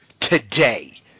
today